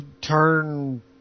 turn